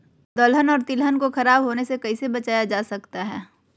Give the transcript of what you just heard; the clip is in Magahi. दलहन और तिलहन को खराब होने से कैसे बचाया जा सकता है?